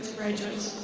graduates.